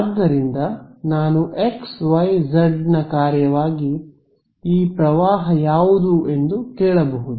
ಆದ್ದರಿಂದ ನಾನು x y z ನ ಕಾರ್ಯವಾಗಿ ಈ ಪ್ರವಾಹ ಯಾವುದು ಎಂದು ಕೇಳಬಹುದು